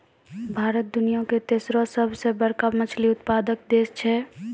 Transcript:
भारत दुनिया के तेसरो सभ से बड़का मछली उत्पादक देश छै